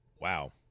wow